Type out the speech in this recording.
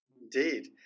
Indeed